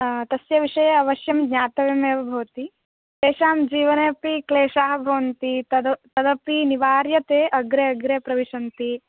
तस्य विषये अवश्यं ज्ञातव्यमेव भवति तेषां जीवनेपि क्लेशाः भवन्ति तद् तदपि निवार्य ते अग्रे अग्रे प्रविशन्ति